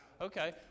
Okay